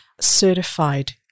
certified